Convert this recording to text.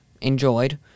enjoyed